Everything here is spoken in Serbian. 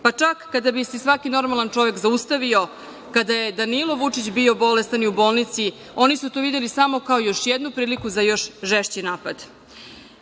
i kada bi se i svaki normalan čovek zaustavio, kada je Danilo Vučić bio bolestan i u bolnici, oni su to videli samo kao još jednu priliku za još žešći napad. Ja